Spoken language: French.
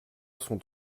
sont